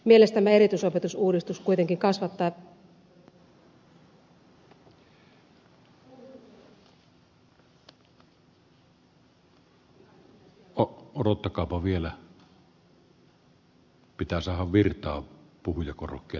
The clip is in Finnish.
mielestämme erityisopetusuudistus kuitenkin kasvattaa väistämättä perusopetuksen kustannuksia